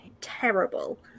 terrible